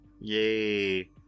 yay